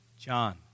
John